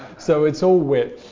so it's all wet.